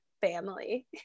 family